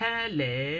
Hello